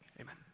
Amen